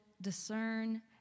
discern